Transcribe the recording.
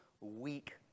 weak